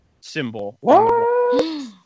symbol